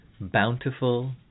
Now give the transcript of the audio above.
bountiful